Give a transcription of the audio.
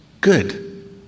good